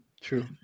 True